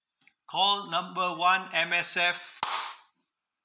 call number one M_S_F